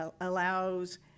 allows